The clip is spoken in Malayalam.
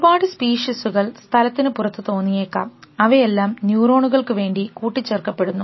ഒരുപാട് സ്പീഷീസുകൾ സ്ഥലത്തിന് പുറത്ത് തോന്നിയേക്കാം അവയെല്ലാം ന്യൂറോണുകൾക്ക് വേണ്ടി കൂട്ടി ചേർക്കപ്പെടുന്നു